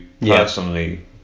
personally